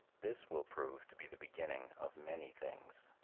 this will prove to be the beginning of many things.